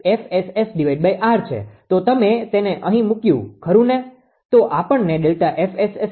તો તમે તેને અહીં મૂક્યું ખરું ને